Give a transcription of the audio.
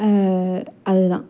அது தான்